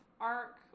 arc